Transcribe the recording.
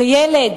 בילד,